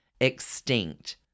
extinct